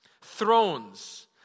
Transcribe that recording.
Thrones